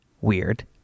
weird